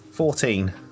Fourteen